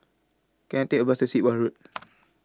Can I Take A Bus to Sit Wah Road